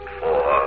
four